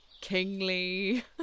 Kingly